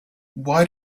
why